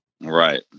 Right